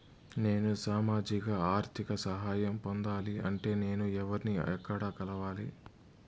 నేను సామాజిక ఆర్థిక సహాయం పొందాలి అంటే నేను ఎవర్ని ఎక్కడ కలవాలి?